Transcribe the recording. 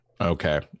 Okay